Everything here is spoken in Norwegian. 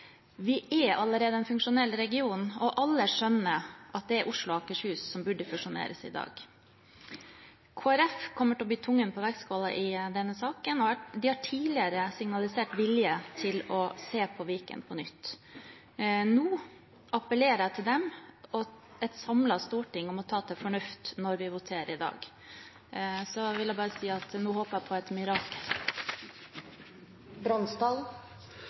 Vi er allerede en funksjonell region, og alle skjønner at det er Oslo og Akershus som burde fusjoneres i dag. Kristelig Folkeparti kommer til å bli tungen på vektskålen i denne saken, og de har tidligere signalisert vilje til å se på Viken på nytt. Nå appellerer jeg til dem og et samlet storting om å ta til fornuft når vi voterer i dag. Så vil jeg bare si at jeg håper på et